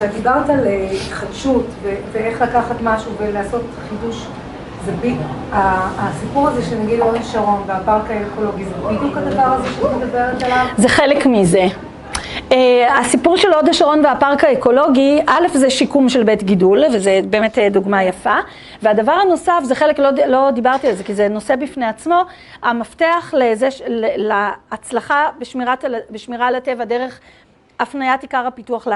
כשדיברת על התחדשות ואיך לקחת משהו ולעשות חידוש, הסיפור הזה שנגיד להוד השרון והפרק האקולוגי, זה בדיוק הדבר הזה שאת מדברת עליו? זה חלק מזה. הסיפור של הוד השרון והפרק האקולוגי, א', זה שיקום של בית גידול וזה באמת דוגמה יפה, והדבר הנוסף, זה חלק, לא דיברתי על זה כי זה נושא בפני עצמו, המפתח להצלחה בשמירה על הטבע דרך הפניית עיקר הפיתוח.